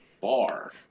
bar